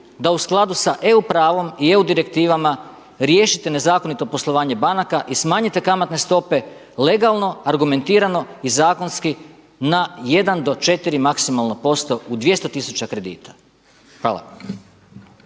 da u skladu s EU pravom i EU direktivama riješite nezakonito poslovanje banaka i smanjite kamatne stope legalno, argumentirano i zakonski na jedan do četiri maksimalno posto u 200 tisuća kredita. Hvala.